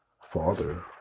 father